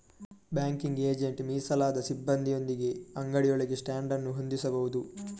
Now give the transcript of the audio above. banking agent ಮೀಸಲಾದ ಸಿಬ್ಬಂದಿಯೊಂದಿಗೆ ಅಂಗಡಿಯೊಳಗೆ ಸ್ಟ್ಯಾಂಡ್ ಅನ್ನು ಹೊಂದಿಸಬಹುದು